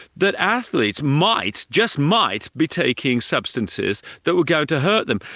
that athletes might, just might, be taking substances that were going to hurt them.